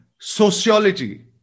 sociology